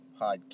podcast